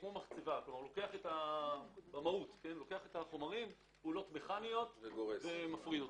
כמו מחצבה, כלומר, לוקח את החומרים ומפריד אותם.